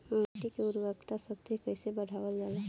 माटी के उर्वता शक्ति कइसे बढ़ावल जाला?